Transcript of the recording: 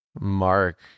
Mark